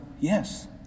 Yes